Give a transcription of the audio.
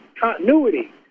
continuity